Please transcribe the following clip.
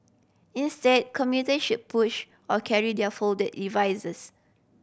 instead commuter should push or carry their folded devices